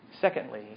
Secondly